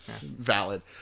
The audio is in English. valid